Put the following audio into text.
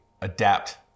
adapt